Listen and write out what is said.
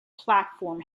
platform